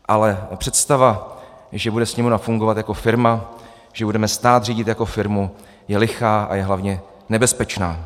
Ale představa, že bude Sněmovna fungovat jako firma, že budeme stát řídit jako firmu, je lichá a je hlavně nebezpečná.